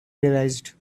realized